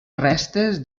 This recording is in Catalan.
restes